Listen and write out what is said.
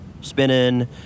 Spinning